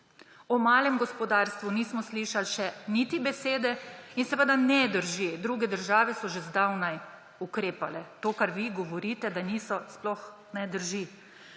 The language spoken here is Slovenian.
O malem gospodarstvu nismo slišal še niti besede. In seveda ne drži, druge države so že zdavnaj ukrepale. To, kar vi govorite, da niso, sploh ne drži.